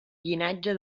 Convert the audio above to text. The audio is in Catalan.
llinatge